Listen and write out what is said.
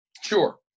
Sure